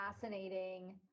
fascinating